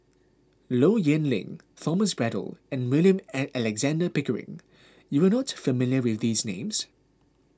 Low Yen Ling Thomas Braddell and William an Alexander Pickering you are not familiar with these names